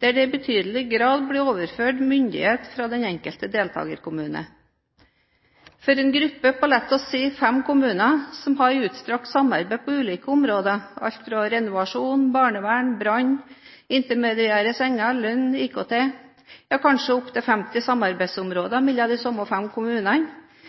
der det i betydelig grad blir overført myndighet fra den enkelte deltakerkommune. For en gruppe på, la oss si, fem kommuner som har et utstrakt samarbeid på ulike områder, alt fra renovasjon, barnevern, brann, intermediære senger, lønn, IKT, ja kanskje opptil femti samarbeidsområder mellom de samme fem kommunene